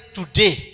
today